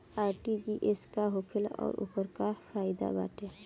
RTGS का होखेला और ओकर का फाइदा बाटे?